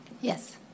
Yes